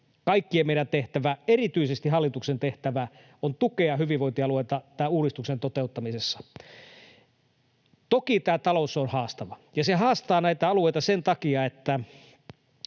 kaikkien meidän tehtävä, erityisesti hallituksen tehtävä, koen, on tukea hyvinvointialueita tämän uudistuksen toteuttamisessa. Toki tämä talous on haastava. Se haastaa näitä alueita sen takia, että